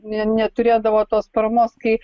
ne neturėdavo tos paramos kai